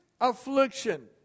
affliction